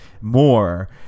more